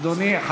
אדוני,